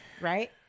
right